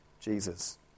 Jesus